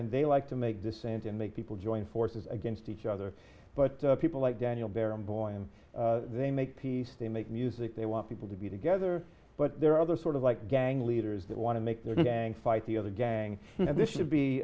and they like to make dissent and make people join forces against each other but people like daniel barenboim they make peace they make music they want people to be together but there are other sort of like gang leaders that want to make their gang fight the other gang and this should be